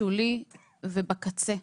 שולי ובקצה.